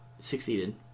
succeeded